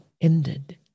ended